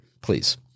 please